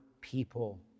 people